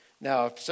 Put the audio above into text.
Now